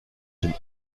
dem